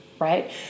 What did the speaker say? right